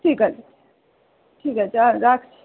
ঠিক আছে ঠিক আছে হ্যাঁ রাখছি